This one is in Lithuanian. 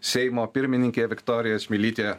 seimo pirmininkė viktorija čmilytė